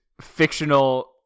fictional